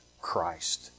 Christ